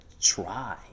try